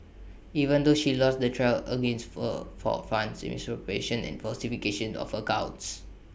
even though she lost the trial against fur for funds misappropriation and falsification of accounts